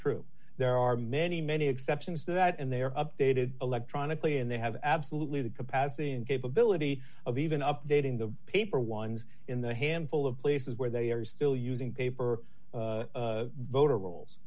true there are many many exceptions to that and they are updated electronically and they have absolutely the capacity and capability of even updating the paper ones in the handful of places where they are still using paper